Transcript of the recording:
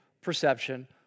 perception